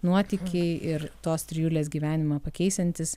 nuotykiai ir tos trijulės gyvenimą pakeisiantys